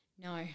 No